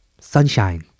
Sunshine